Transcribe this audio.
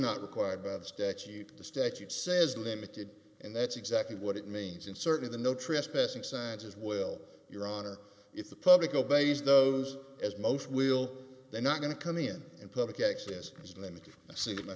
not required by the statute the statute says limited and that's exactly what it means and certainly the no trespassing signs as well your honor if the public obeys those as most will they're not going to come in in public access